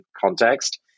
context